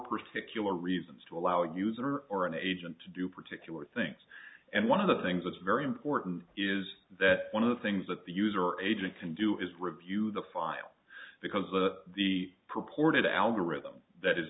particular reasons to allow user or an agent to do particular things and one of the things that's very important is that one of the things that the user agent can do is review the file because the the purported algorithm that is